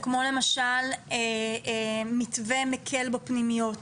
כמו למשל מתווה מקל בפנימיות.